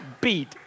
beat